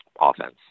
offense